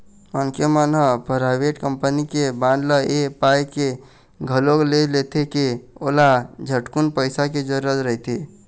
मनखे मन ह पराइवेट कंपनी के बांड ल ऐ पाय के घलोक ले लेथे के ओला झटकुन पइसा के जरूरत रहिथे